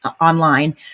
online